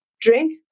Drink